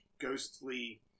ghostly